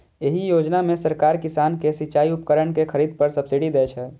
एहि योजना मे सरकार किसान कें सिचाइ उपकरण के खरीद पर सब्सिडी दै छै